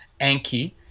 Anki